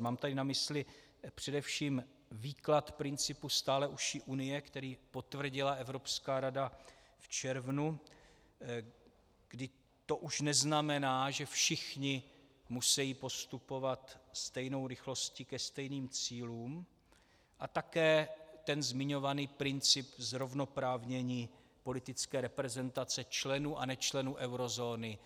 Mám teď na mysli především výklad principů stále užší Unie, který potvrdila Evropská rada v červnu, kdy to už neznamená, že všichni musejí postupovat stejnou rychlostí ke stejným cílům, a také ten zmiňovaný princip zrovnoprávnění politické reprezentace členů a nečlenů eurozóny,